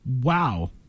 Wow